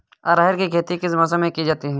अरहर की खेती किस मौसम में की जाती है?